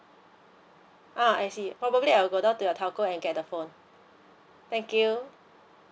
ah I see probably I'll go down to your telco and get the phone thank you